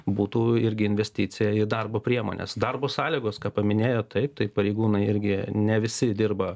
būtų irgi investicija į darbo priemones darbo sąlygos ką paminėjot taip tai pareigūnai irgi ne visi dirba